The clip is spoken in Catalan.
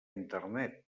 internet